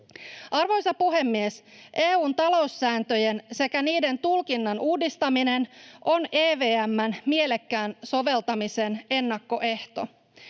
Arvoisa puhemies! EU:n taloussääntöjen sekä niiden tulkinnan uudistaminen on EVM:n mielekkään soveltamisen ennakkoehto.